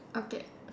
okay